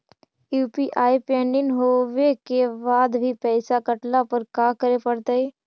UPI pending होवे के बाद भी पैसा कटला पर का करे पड़तई?